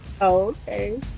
Okay